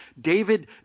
David